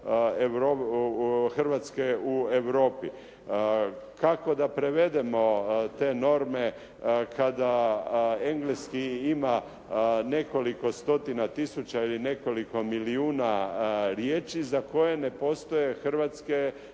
Hrvatske u Europi. Kako da prevedemo te norme kada engleski ima nekoliko stotina tisuća ili nekoliko milijuna riječi za koje ne postoje hrvatske